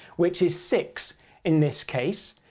which is six in this case.